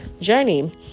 journey